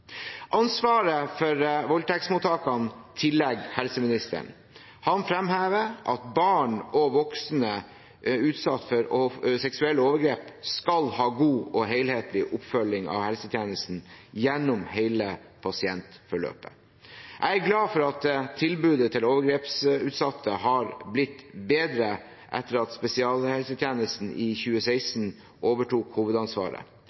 Ansvaret for voldtektsmottakene tilligger helse- og omsorgsministeren. Han fremhever at barn og voksne utsatt for seksuelle overgrep skal ha god og helhetlig oppfølging av helsetjenesten gjennom hele pasientforløpet. Jeg er glad for at tilbudet til overgrepsutsatte har blitt bedre etter at spesialhelsetjenesten i 2016 overtok hovedansvaret: